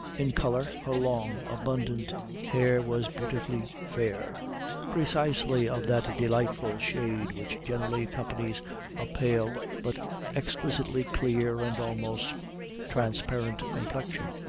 in color, her long, abundant hair was beautifully fair precisely of that delightful shade which generally accompanies a pale but exquisitely clear and almost transparent complexion.